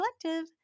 Collective